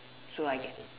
so I can